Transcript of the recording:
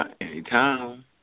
anytime